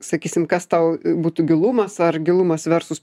sakysim kas tau būtų gilumas ar gilumas verstųs